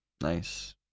Nice